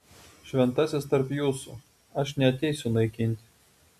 šventasis tarp jūsų aš neateisiu naikinti